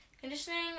Conditioning